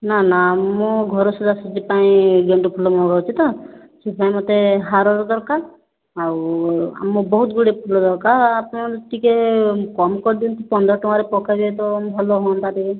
ନା ନା ମୋ ଘର ସଜ୍ଜାସଜ୍ଜି ପାଇଁ ଗେଣ୍ଡୁ ଫୁଲ ମଗାଉଛି ତ ସେଥିପାଇଁ ହାରରେ ଦରକାର ଆଉ ବହୁତ ଗୁଡ଼ିଏ ଫୁଲ ଦରକାର ଆପଣ ଟିକିଏ କମ୍ କରିଦିଅନ୍ତୁ ପନ୍ଦର ଟଙ୍କାରେ ପକାଇବେ ତ ଭଲ ହୁଅନ୍ତା ଟିକିଏ